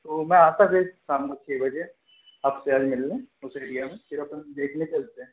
तो मैं आता फिर शाम को छः बजे आपसे मिलने उसी एरीया में फिर अपन देखने चलते हैं